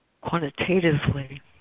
Quantitatively